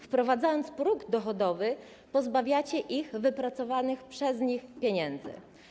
Wprowadzając próg dochodowy, pozbawiacie ich wypracowanych przez nich pieniędzy.